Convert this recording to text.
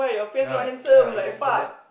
ah ya you like to hear that